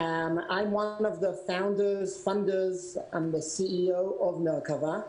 אני אחד ממיסדי ומממני והמנכ"ל של מרכבה.